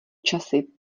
časy